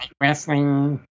Wrestling